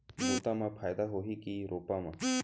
बुता म फायदा होही की रोपा म?